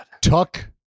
Tuck